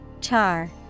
Char